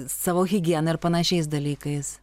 savo higiena ir panašiais dalykais